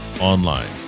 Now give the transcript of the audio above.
online